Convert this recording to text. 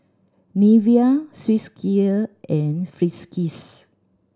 Nivea Swissgear and Friskies